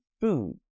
food